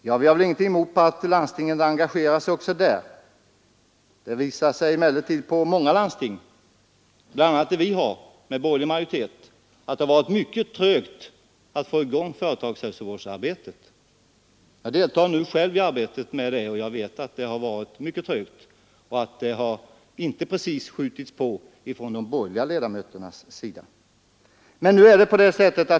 Ja, vi har ingenting emot att landstingen engagerar sig också där. Det visar sig emellertid i många landsting, bl.a. i mitt hemlän — med borgerlig majoritet — att det varit mycket trögt att få i gång företagshälsovårdsarbetet. Jag deltar själv i det arbetet, och jag vet att det har varit mycket trögt. De borgerliga ledamöterna har inte precis skjutit på.